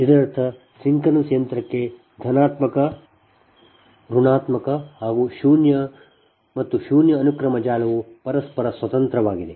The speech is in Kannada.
ಇದರರ್ಥ ಸಿಂಕ್ರೊನಸ್ ಯಂತ್ರಕ್ಕೆ ಧನಾತ್ಮಕ ಋಣಾತ್ಮಕ ಮತ್ತು ಶೂನ್ಯ ಅನುಕ್ರಮ ಜಾಲವು ಪರಸ್ಪರ ಸ್ವತಂತ್ರವಾಗಿದೆ